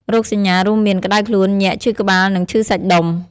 រោគសញ្ញារួមមាន ក្តៅខ្លួន ញាក់ ឈឺក្បាល និងឈឺសាច់ដុំ។